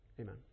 Amen